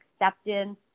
acceptance